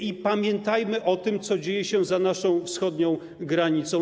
I pamiętajmy o tym, co dzieje się za naszą wschodnią granicą.